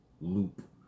loop